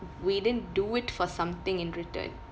we didn't do it for something in return